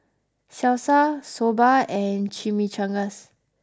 Salsa Soba and Chimichangas